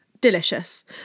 delicious